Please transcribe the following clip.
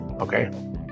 Okay